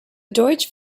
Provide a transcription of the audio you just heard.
deutsche